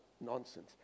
nonsense